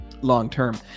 long-term